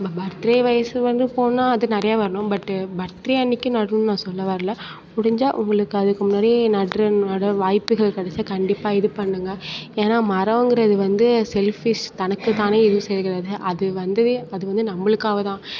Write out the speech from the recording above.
நம்ம பர்த்டே வயது வந்து போனால் அது நிறைய வரும் பட்டு பர்த்டே அன்னைக்கு நடணும்னு நான் சொல்ல வரலை முடிஞ்சால் உங்களுக்கு அதுக்கு முன்னாடி நடுகிற நட வாய்ப்புகள் கிடைச்சா கண்டிப்பாக இது பண்ணுங்கள் ஏன்னா மரங்கிறது வந்து செல்ஃபிஷ் தனக்குத்தானே எதுவும் செய்துக்காது அது வந்து வந்ததே அது வந்து நம்மளுக்காகத்தான்